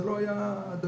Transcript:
זה לא היה הדגש,